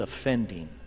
offending